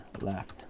left